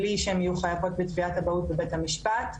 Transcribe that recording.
בלי שהן יהיו חייבות בתביעת אבהות בבית המשפט.